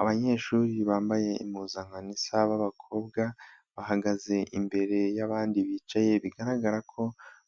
Abanyeshuri bambaye impuzankano isa b'abakobwa bahagaze imbere y'abandi bicaye, bigaragara ko